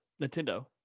Nintendo